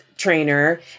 trainer